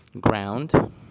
Ground